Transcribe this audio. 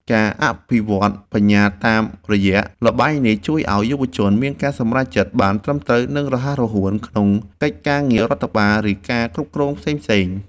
ការអភិវឌ្ឍបញ្ញាតាមរយៈល្បែងនេះជួយឱ្យយុវជនមានការសម្រេចចិត្តបានត្រឹមត្រូវនិងរហ័សរហួនក្នុងកិច្ចការងាររដ្ឋបាលឬការគ្រប់គ្រងផ្សេងៗ។